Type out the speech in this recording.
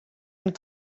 and